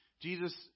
jesus